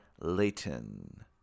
Leighton